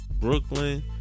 Brooklyn